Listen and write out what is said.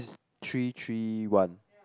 three three one